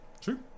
True